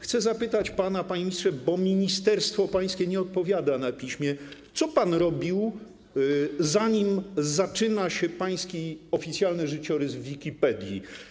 Chcę zapytać pana, panie ministrze, bo ministerstwo pańskie nie odpowiada na piśmie: Co pan robił, zanim zaczął się pański oficjalny życiorys w Wikipedii?